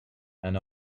and